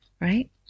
right